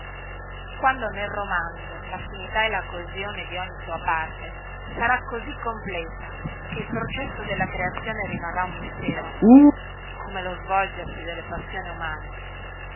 allorchè laffinità e la coesione di ogni sua parte sarà così completa che il processo della creazione rimarrà un mistero come lo svolgersi delle passioni umane